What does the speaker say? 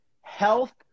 health